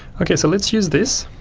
okay so let's use this